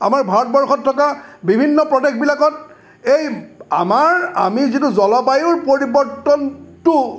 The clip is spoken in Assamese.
আমাৰ ভাৰতবৰ্ষত থকা বিভিন্ন প্ৰদেশবিলাকত এই আমাৰ আমি যিটো জলবায়ুৰ পৰিৱৰ্তনটো